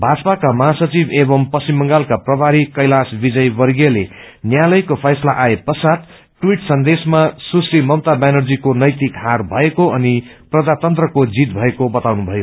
भाजपाका महासचिव एवम् पश्चिम बंगालका प्रमारी कैलाश विजयवर्गीयले न्यायालयको फैसला आए पश्चात् ट्वीट सन्देशमा सुक्षी ममता ब्यानर्जीको नैतिकद हार भएको अनि प्रजातन्त्रको जीन भएको बताउनुभयो